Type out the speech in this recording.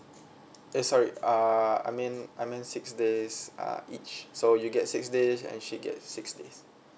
eh sorry uh I mean I mean six days uh each so you get six days and she gets six days